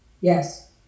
Yes